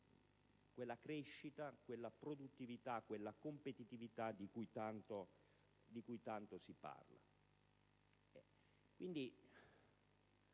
quella crescita, produttività e competitività di cui tanto si parla.